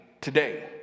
today